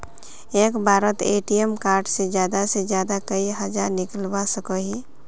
एक बारोत ATM card से ज्यादा से ज्यादा कई हजार निकलवा सकोहो ही?